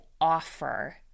offer